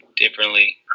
differently